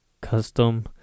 custom